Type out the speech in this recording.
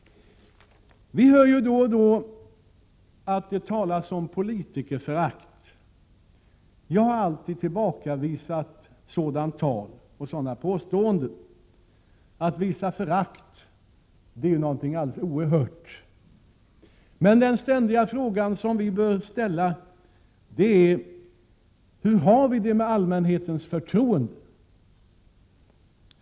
Vi hör ju då och då talas om politikerförakt. Jag har alltid tillbakavisat sådant tal och sådana påståenden. Att visa förakt är någonting alldeles oerhört! Men den ständiga frågan som vi bör ställa är: Hur har vi det med allmänhetens förtroende?